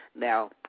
Now